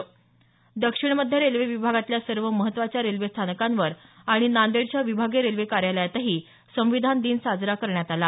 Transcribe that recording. नांदेड दक्षिण मध्य रेल्वे विभागातल्या सर्व महत्वाच्या रेल्वे स्थानकांवर आणि नांदेडच्या विभागीय रेल्वे कार्यालयातही संविधान दिन साजरा करण्यात आला